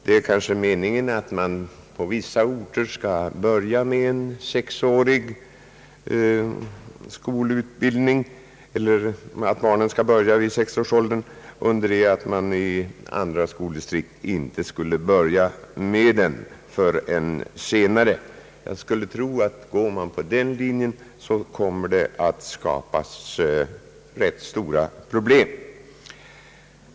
Det är kanske meningen att barnen på vissa orter skall börja sin skolgång vid 6-årsåldern, under det att de i andra skoldistrikt skall börja sin skolgång senare. Jag skulle tro att det kommer att skapa ganska stora problem, om man skulle gå på den linjen.